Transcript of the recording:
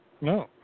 No